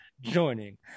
joining